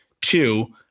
two